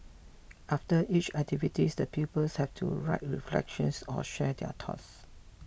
after each activity the pupils have to write reflections or share their thoughts